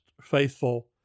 faithful